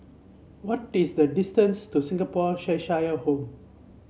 what is the distance to Singapore Cheshire Home